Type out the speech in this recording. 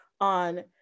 on